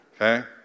Okay